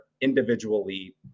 individually